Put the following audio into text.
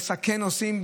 לסכן נוסעים,